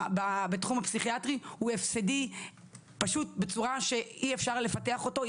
בתחום הפסיכיאטרי הוא הפסדי פשוט בצורה שאי אפשר לפתח אותו,